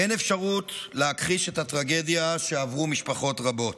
אין אפשרות להכחיש את הטרגדיה שעברו משפחות רבות,